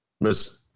Miss